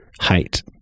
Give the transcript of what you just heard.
height